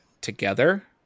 together